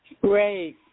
Great